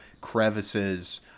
crevices